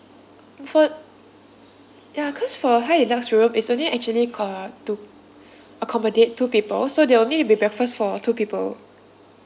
for ya because for high deluxe room is only actually co~ to accommodate two people so there only be breakfast for two people